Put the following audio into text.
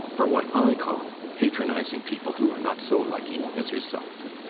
for what i call patronizing people who are not so lucky as yourself.